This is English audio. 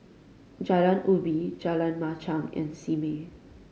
Jalan Ubi Jalan Machang and Simei